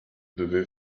devez